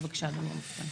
בבקשה, אדוני המפכ"ל.